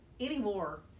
anymore